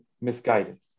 Misguidance